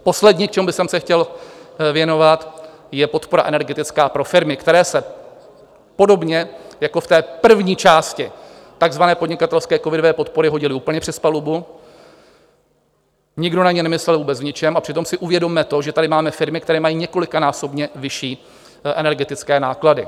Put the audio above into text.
Poslední, čemu bych se chtěl věnovat, je podpora energetická pro firmy, které se podobně jako v té první části takzvané podnikatelské covidové podpory hodily úplně přes palubu, nikdo na ně nemyslel vůbec v ničem, a přitom si uvědomme to, že tady máme firmy, které mají několikanásobně vyšší energetické náklady.